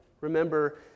remember